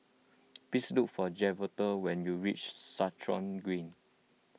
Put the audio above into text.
please look for Javonte when you reach Stratton Green